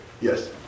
yes